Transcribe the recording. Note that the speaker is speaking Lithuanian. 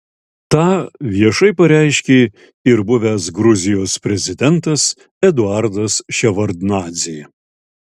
tą viešai pareiškė ir buvęs gruzijos prezidentas eduardas ševardnadzė